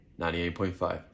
98.5